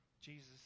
Jesus